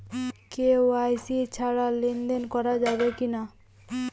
KYC ছাড়া লেনদেন করা যাবে কিনা?